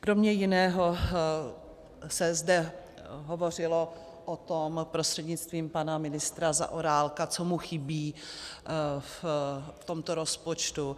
Kromě jiného se zde hovořilo prostřednictvím pana ministra Zaorálka o tom, co mu chybí v tomto rozpočtu.